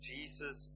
Jesus